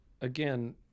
again